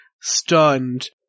stunned